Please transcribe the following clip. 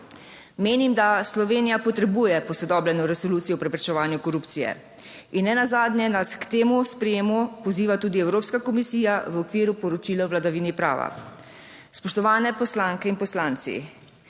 Menim, da Slovenija potrebuje posodobljeno resolucijo o preprečevanju korupcije in nenazadnje nas k temu sprejemu poziva tudi Evropska komisija v okviru poročila o vladavini prava. Spoštovane poslanke in poslanci.